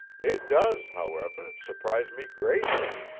it does, however, surprise me greatly.